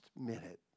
minute